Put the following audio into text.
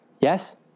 Yes